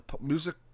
music